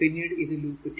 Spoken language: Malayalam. പിന്നീട് ഇത് ലൂപ്പ് 2